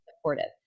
supportive